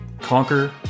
Conquer